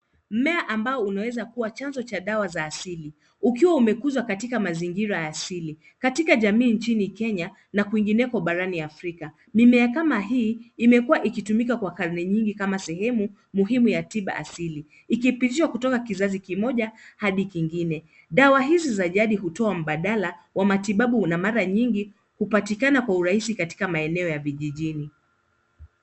Mmea ambao unaweza kuwa chanzo cha dawa za asili ukiwa umekuzwa katika mazingira ya asili katika jamii nchini Kenya na kwingineko barani Afrika. Mimea kama hii imekuwa ikitumika kwa karne nyingi kama sehemu muhimu ya tiba asili ikipitishwa kutoka kizazi kimoja hadi kingine. Dawa hizi za jadi hutoa mbadala wa matibabu na mara nyingi hupatikana kwa urahisi katika maeneo ya vijijini.